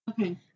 Okay